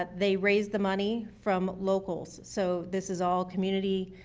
they raised the money from locals, so this is all community,